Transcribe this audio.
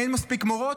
אין מספיק מורות,